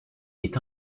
est